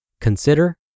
Consider